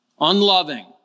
unloving